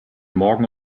morgen